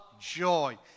joy